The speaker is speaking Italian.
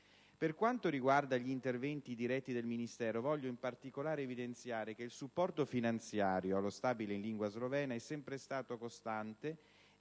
Per quanto riguarda gli interventi diretti del Ministero, voglio in particolare evidenziare che il supporto finanziario allo Stabile in lingua slovena è sempre stato costante